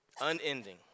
unending